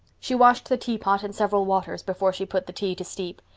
she washed the teapot in several waters before she put the tea to steep.